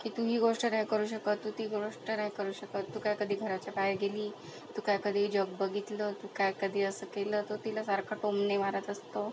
की तू ही गोष्ट नाही करू शकत तू ती गोष्ट नाही करू शकत तू काय कधी घराच्या बाहेर गेली तू काय कधी जॉब बघितलं तू काय कधी असं केलं तर तिला सारखं टोमणे मारत असतो